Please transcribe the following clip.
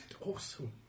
Awesome